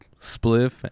spliff